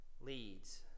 leads